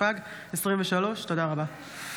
התשפ"ג 2023. תודה רבה.